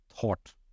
thought